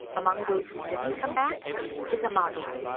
among those who didn't come back is amaru,